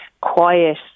quiet